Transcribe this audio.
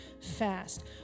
fast